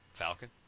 falcon